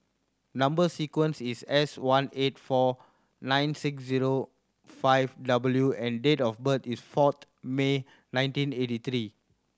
number sequence is S one eight four nine six zero five W and date of birth is fourth May nineteen eighty three